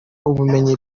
ubumenyi